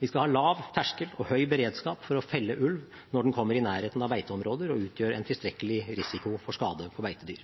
Vi skal ha lav terskel og høy beredskap for å felle ulv når den kommer i nærheten av beiteområder og utgjør en tilstrekkelig risiko for skade på beitedyr.